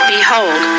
Behold